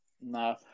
No